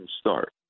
start